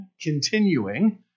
continuing